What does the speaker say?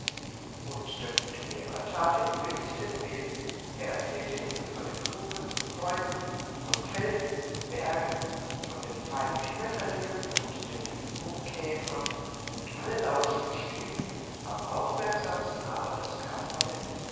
und der gute lehrer tat ihnen wirklich den willen er erzählte ihnen von den blumen und bäumen von felsen und bergen von den feinen schmetterlingen und den dicken brummkäfern und alle lauschten still am aufmerksamsten aber das kasperle